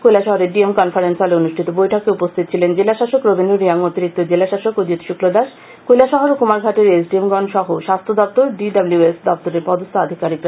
কৈলাসহরের DM conference হলে অনুষ্ঠিত বৈঠকে উপস্হিত ছিলেন জেলাশাসক রবীন্দ্র রিয়াং অতিরিক্ত জেলাশাসক অজিত শুক্লদাস কৈলাসহর ও কুমারঘাটের এসডিএম গণ সহ স্বাস্থ্য দপ্তর ডিডব্লিউএস দপ্তরের পদস্হ আধিকারিকরা